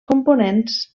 components